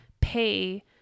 pay